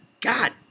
God